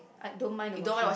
I don't mind the washing